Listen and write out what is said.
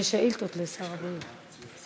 עכשיו יש שאילתות לשר הבריאות.